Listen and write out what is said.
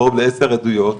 קרוב לעשר עדויות,